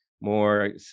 more